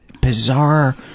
bizarre